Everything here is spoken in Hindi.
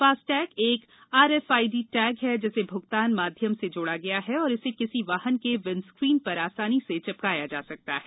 फास्टैग एक R F I D tag है जिसे भुगतान माध्यम से जोडा गया है और इसे किसी वाहन के विंडस्क्रीन पर आसानी से चिपकाया जा सकता है